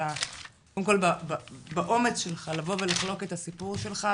קודם כל באומץ שלך לבוא ולחלוק את הסיפור שלך.